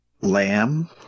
Lamb